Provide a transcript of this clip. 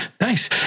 Nice